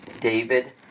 david